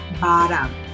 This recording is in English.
bottom